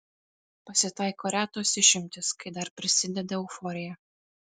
pasitaiko retos išimtys kai dar prisideda euforija